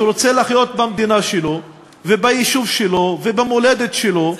שרוצה לחיות במדינה שלו וביישוב שלו ובמולדת שלו,